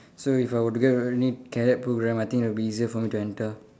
so if I were to get any cadet programme I think that it'll be easier for me to enter